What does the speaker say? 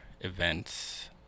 events